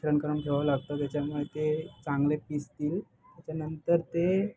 मिश्रण करून ठेवावं लागतं त्याच्यामुळे ते चांगले पिसतील त्याच्यानंतर ते